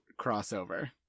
crossover